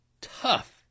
tough